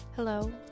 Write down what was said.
Hello